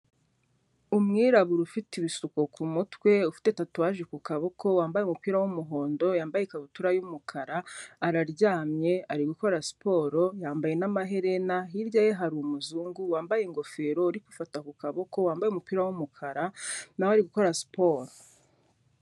Umwirabura ufite ibisuko ku mutwe ufite tatuwage ku kaboko, wambaye umupira w'umuhondo, yambaye ikabutura y'umukara, araryamye ari gukora siporo yambaye n'amaherena, hirya ye hari umuzungu wambaye ingofero, uri gufata ku kaboko, wambaye umupira w'umukara, na we ari gukora siporo.